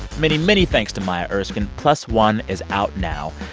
many, many thanks to maya erskine. plus one is out now,